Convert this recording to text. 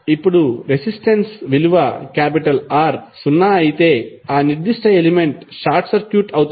ఇప్పుడు రెసిస్టెన్స్ విలువ R సున్నా అయితే ఆ నిర్దిష్ట ఎలిమెంట్ షార్ట్ సర్క్యూట్ అవుతుంది